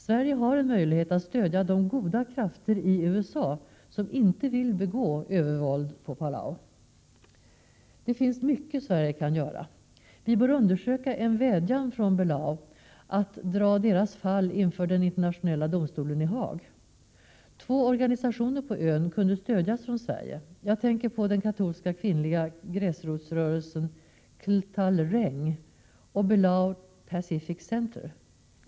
Sverige har en möjlighet att stödja de goda krafteri USA som inte vill begå övervåld på Belau. Det finns mycket Sverige kan göra. Vi bör undersöka en vädjan från Belau att dra deras fall inför den internationella domstolen i Haag. Två organisationer på ön kunde stödjas från Sverige. Jag tänker på den katolska kvinnliga gräsrotsrörelsen Cltal-Reng och Belau Pacific Center.